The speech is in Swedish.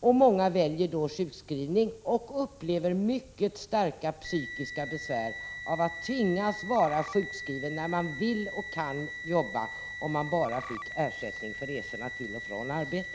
Många har valt sjukskrivning och då upplevt mycket starka psykiska besvär, eftersom man tvingas vara sjukskriven, trots att man både kunnat och velat arbeta, om det bara lämnats ersättning för resorna till och från arbetet.